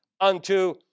unto